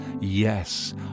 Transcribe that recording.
Yes